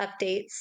updates